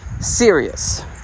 serious